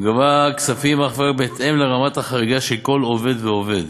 הוא גבה כספים אם ורק בהתאם לרמת החריגה של כל עובד ועובד.